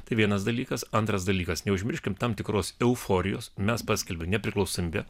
tai vienas dalykas antras dalykas neužmirškim tam tikros euforijos mes paskelbėm nepriklausomybę